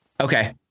Okay